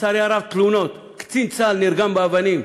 לצערי הרב, קצין צה"ל נרגם באבנים,